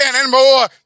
anymore